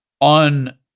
on